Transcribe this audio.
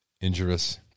Injurious